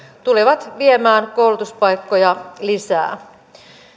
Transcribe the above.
tulevat viemään koulutuspaikkoja lisää